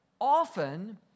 often